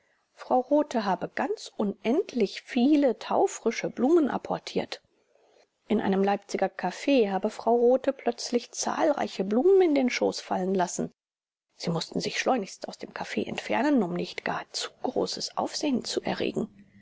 frau rothe habe ganz unendlich viele taufrische blumen apportiert in einem leipziger caf habe frau rothe plötzlich zahlreiche blumen in den schoß fallen lassen sie mußten sich schleunigst aus dem caf entfernen um nicht gar zu großes aufsehen zu erregen